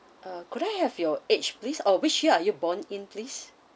uh could I have your age please or wish you are you born in please